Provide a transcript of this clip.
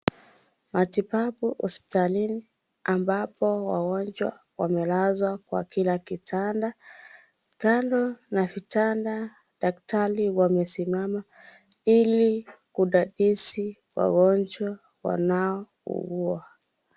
Matibabu hospitalini ambapo wagonjwa wamelazwa kwa kila kitanda. Kando na vitanda daktari wamesimama ili kudadisi wagonjwa wanaougua.